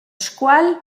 scuol